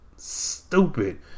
Stupid